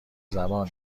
زبان